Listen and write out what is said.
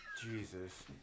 Jesus